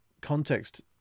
context